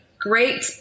great